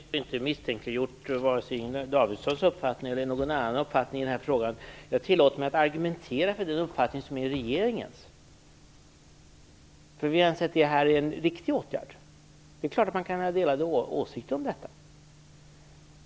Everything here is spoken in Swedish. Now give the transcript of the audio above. Fru talman! Jag har inte misstänkliggjort vare sig Inger Davidsons eller någon annans uppfattning i den här frågan. Jag har tillåtit mig att argumentera för den uppfattning som är regeringens. Vi anser nämligen att det här är en riktig åtgärd. Det är klart att man kan ha delade åsikter om detta.